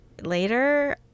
later